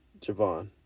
Javon